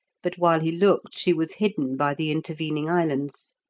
but while he looked she was hidden by the intervening islands.